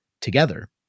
together